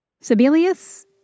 Sibelius